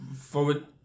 forward